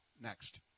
next